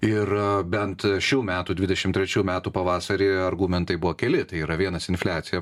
ir bent šių metų dvidešimt trečių metų pavasarį argumentai buvo keli tai yra vienas infliacija